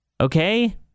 Okay